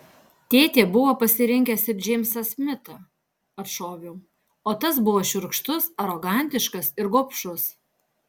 tėtė buvo pasirinkęs ir džeimsą smitą atšoviau o tas buvo šiurkštus arogantiškas ir gobšus